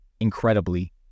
Incredibly